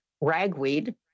ragweed